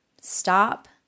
Stop